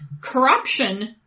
corruption